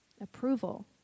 Approval